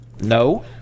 No